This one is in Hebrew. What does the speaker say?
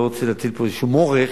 לא רוצה להטיל פה איזה מורך,